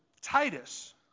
Titus